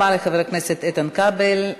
תודה רבה לחבר הכנסת איתן כבל.